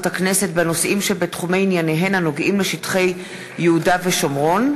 הכנסת בנושאים שבתחומי ענייניהן הנוגעים לשטחי יהודה ושומרון.